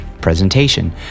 presentation